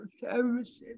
Services